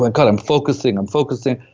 and god. i'm focusing. i'm focusing.